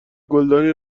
گلدانی